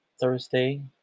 Thursday